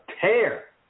tear